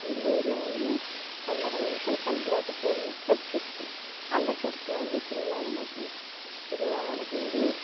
எங்கள் ஊரில் வந்து சங்கடம் நீக்கும் சந்தியாகப்பர்னு ஒரு சர்ச் இருக்குது அந்த சர்சில் வந்து திருவிழா நடக்கும் திருவிழா நடக்கும் போது